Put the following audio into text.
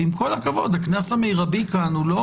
עם כל הכבוד הקנס המרבי כאן הוא לא